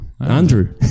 Andrew